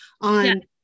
on